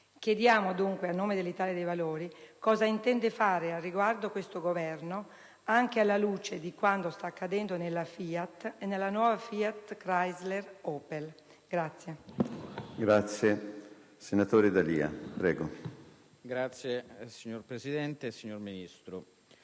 Chiediamo, dunque, a nome dell'Italia dei Valori, cosa intenda fare al riguardo questo Governo, anche alla luce di quanto sta accadendo in FIAT e nella nuova FIAT-Chrysler-Opel.